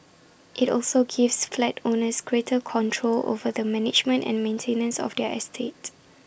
IT also gives flat owners greater control over the management and maintenance of their estate